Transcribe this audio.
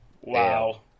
Wow